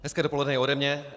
Hezké dopoledne i ode mě.